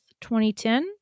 2010